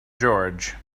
george